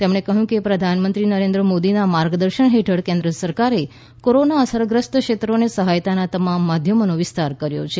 તેમણે કહ્યું કે પ્રધાનમંત્રી નરેન્દ્ર મોદીના માર્ગદર્શન હેઠળ કેન્દ્ર સરકારે કોરોના અસરગ્રસ્ત ક્ષેત્રોને સહાયતાના તમામ માધ્યમોનો વિસ્તાર કર્યો છે